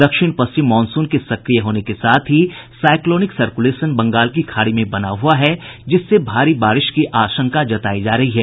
दक्षिण पश्चिम मॉनसून के सक्रिय होने के साथ ही साइक्लोनिक सरकुलेशन बंगाल की खाड़ी में बना हुआ है जिससे भारी बारिश की आशंका जताई जा रही है